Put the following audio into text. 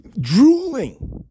drooling